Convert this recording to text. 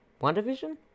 WandaVision